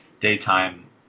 daytime